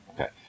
Okay